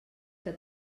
que